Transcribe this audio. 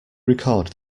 record